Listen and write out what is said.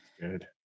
Good